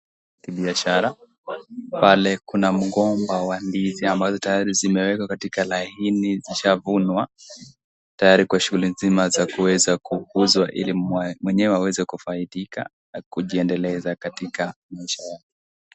Kibiashara, pale kuna mgomba wa ndizi ambazo tayari zimewekwa katika laini. Zimeshavunwa tayari kwa shughuli nzima za kuweza kuuzwa ili mwenyewa aweze kufaidika na kujiendeleza katika maisha yake.